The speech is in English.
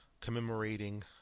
commemorating